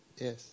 Yes